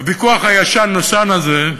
הוויכוח הישן-נושן הזה,